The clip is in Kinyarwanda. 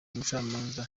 umucamanza